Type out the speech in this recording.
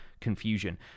confusion